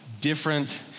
different